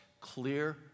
clear